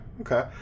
okay